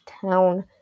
town